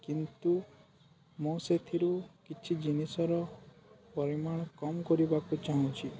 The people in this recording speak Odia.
କିନ୍ତୁ ମୁଁ ସେଥିରୁ କିଛି ଜିନିଷର ପରିମାଣ କମ୍ କରିବାକୁ ଚାହୁଁଛି